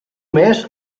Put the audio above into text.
mes